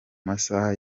masaha